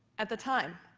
at the time,